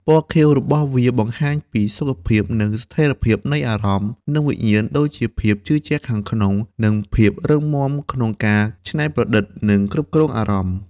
ពណ៌ខៀវរបស់វាបង្ហាញពីសុខភាព និងស្ថិរភាពនៃអារម្មណ៍ និងវិញ្ញាណ ដូចជាភាពជឿជាក់ខាងក្នុង និងភាពរឹងមាំក្នុងការច្នៃប្រឌិតនិងគ្រប់គ្រងអារម្មណ៍។